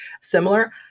similar